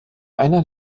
einer